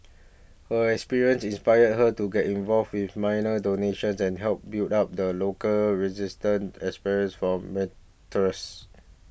her experience inspired her to get involved with minor donations and help build up the local register experience for